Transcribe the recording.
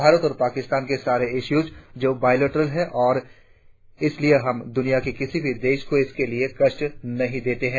भारत और पाकिस्तान के सारे इशूज जो बायलेटरल है और इसलिए हम दुनिया के किसी भी देश को इसके लिए कष्ट नही देते हैं